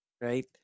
Right